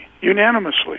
unanimously